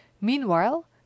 Meanwhile